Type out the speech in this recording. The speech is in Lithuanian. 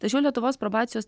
tačiau lietuvos probacijos